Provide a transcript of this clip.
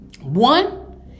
One